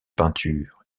peintures